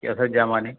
कैसे जमा नहीं